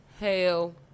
hell